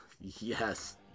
yes